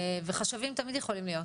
וחשבים תמיד יכולים להיות,